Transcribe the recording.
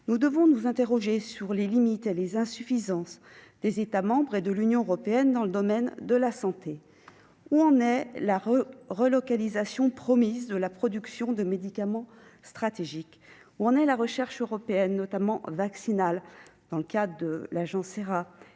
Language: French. nous devons nous interroger sur les limites et les insuffisances des États membres et de l'Union européenne dans le domaine de la santé. Où en est la relocalisation promise de la production de médicaments stratégiques ? Où en est la recherche européenne, notamment pour ce qui concerne les vaccins, dans